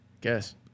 Guess